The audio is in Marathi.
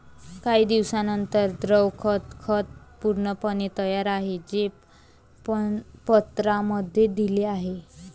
काही दिवसांनंतर, द्रव खत खत पूर्णपणे तयार आहे, जे पत्रांमध्ये दिले आहे